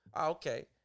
Okay